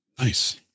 Nice